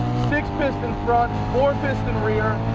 six piston front, four piston rear.